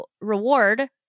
reward